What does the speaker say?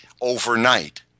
overnight